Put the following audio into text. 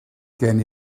gen